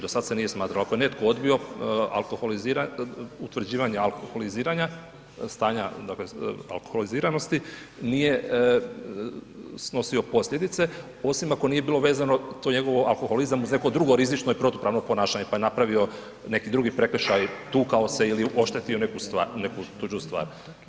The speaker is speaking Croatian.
Do sad se nije smatralo, ako je netko odbio utvrđivanje alkoholiziranja, stanja dakle alkoholiziranosti, nije snosio posljedice osim ako nije bilo vezano to njegovo alkoholizam uz neko drugo rizično i protupravno ponašanje pa je napravio neki drugi prekršaj, tukao se ili oštetio neku stvar, neku tuđu stvar.